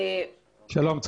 שלום.